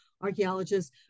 archaeologists